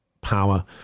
power